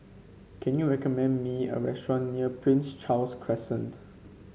can you recommend me a restaurant near Prince Charles Crescent